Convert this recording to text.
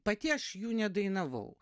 pati aš jų nedainavau